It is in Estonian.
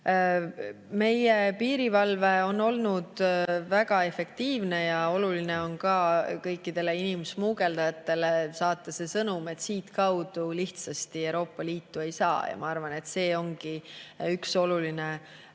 Meie piirivalve on olnud väga efektiivne. Oluline on saata kõikidele inimsmugeldajatele sõnum, et siitkaudu lihtsasti Euroopa Liitu ei saa. Ja ma arvan, et see ongi üks oluline sõnum.